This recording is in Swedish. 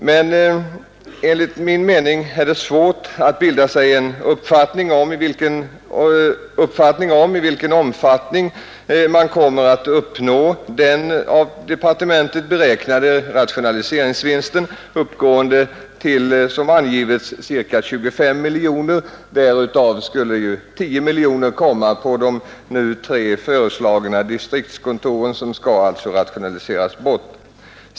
Men enligt min mening är det svårt att bilda sig en uppfattning om i vilken omfattning man kommer att uppnå den av departementet beräknade rationaliseringsvinsten, uppgående till ca 25 miljoner kronor, som det angetts. Därav skulle 10 miljoner kronor vara en vinst som uppnåtts genom den nu föreslagna bortrationaliseringen av tre distriktskontor.